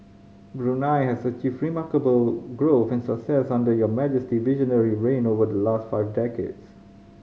Brunei has achieved remarkable growth and success under Your Majesty visionary reign over the last five decades